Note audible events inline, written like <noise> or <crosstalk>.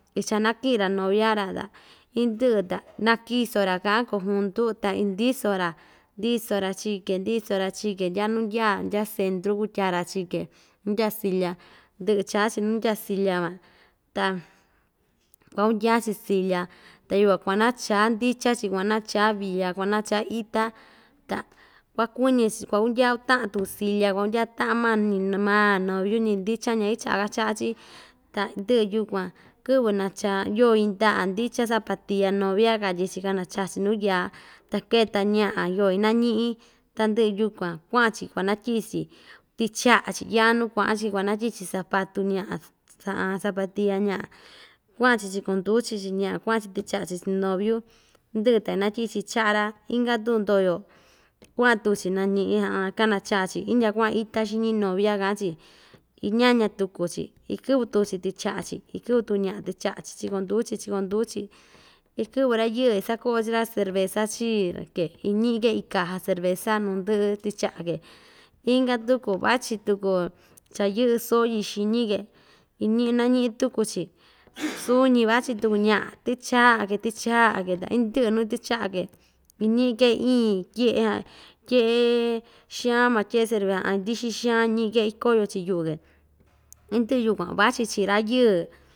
Ichanakiꞌin‑ra novia‑ra ta indɨꞌɨ ta nakiso‑ra kaꞌan kojuntu ta indiso‑ra ndiso‑ra chii‑ke ndiso‑ra ndiso‑ra chii‑ke ndya nuu‑ndyaa ndya centru kutyaa‑ra chii‑ke nu ndya silya van ta kuakundyaa‑chi silya ta yukuan kuanachaa ndichan‑chi kuanachaa via kuanachaa ita ta kuakuɨñɨ‑chi kuakundyaa utaꞌan tuku silya kuakundya taꞌan maa ñi maa noviu ñi ndichan ña yɨꞌɨ chaꞌa ka chaꞌa‑chi ta ndɨꞌɨ yukuan kɨꞌvɨ nachaa yoo yɨꞌɨndaꞌa ndichan zapatilla novia katyi‑chi kanacha‑chi nuu yaa ta keta ñaꞌa yoo inañiꞌin tandɨꞌɨ yukuan kuaꞌa‑chi kuanatyiꞌi‑chi tichaꞌa‑chi yaa nu kuaꞌa‑chi kuanatyiꞌi‑chi zapatu ñaꞌa <hesitation> zapatilla ñaꞌa kuaꞌa‑chi chikonduu‑chi chii ñaꞌa kuaꞌa‑chi tichaꞌa‑chi chiꞌin noviu indɨꞌɨ ta inatyiꞌi‑chi chaꞌa‑ra inka tuku ndoyo kuaꞌan tuku‑chi nañiꞌi <hesitation> kanachaa‑chi indya kuaꞌan ita xiñi novia kaꞌan‑chi iñaña tuku‑chi ikɨꞌvɨ tuku‑chi tɨchaꞌa‑chi ikɨꞌvɨ tuku ñaꞌa tɨchaꞌa‑chi chikonduu‑chi chikonduu‑chi ikɨꞌvɨ rayɨɨ ichakoꞌo chika cerveza chii‑ke iñiꞌi‑ke iin caja cerveza nuu ndɨꞌɨ tɨchaꞌa‑ke inka tuku vachi tuku cha yɨꞌɨ soo yɨꞌɨ xiñi‑ke iñiꞌi inañiꞌi tuku‑chi suñi vachi tu ñaꞌa tichaꞌa‑ke tichaꞌa‑ke ta indɨꞌɨ nuu tichaꞌa‑ke iñiꞌke iin tyeꞌe ha tyeꞌe xaan van tyeꞌe cerv <hesitation> ndɨxɨ xaan iñiꞌi‑ke ikoyo‑chi yuꞌu‑ke indɨꞌɨ yukuan vachi chii rayɨɨ.